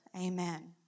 Amen